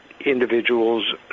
Individuals